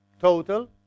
total